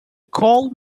call